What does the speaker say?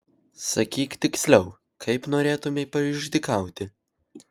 sakyk tiksliau kaip norėtumei paišdykauti